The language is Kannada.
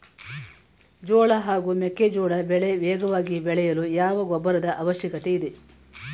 ಜೋಳ ಹಾಗೂ ಮೆಕ್ಕೆಜೋಳ ಬೆಳೆ ವೇಗವಾಗಿ ಬೆಳೆಯಲು ಯಾವ ಗೊಬ್ಬರದ ಅವಶ್ಯಕತೆ ಇದೆ?